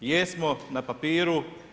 Jesmo na papiru.